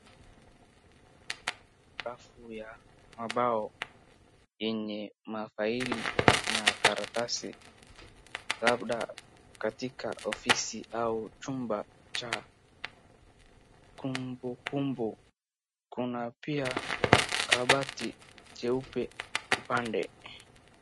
Rafu ya mabao yenye mafaili na karatasi, labda katika ofisi au chumba cha kumbukumbu. Kuna pia kabati jeupe upande.